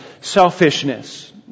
selfishness